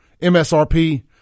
MSRP